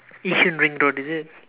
Yishun ring road is it